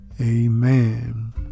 Amen